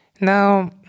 Now